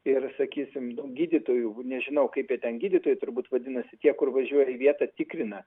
ir sakysim gydytoju nežinau kaip ten gydytojai turbūt vadinasi tie kur važiuoja į vietą tikrina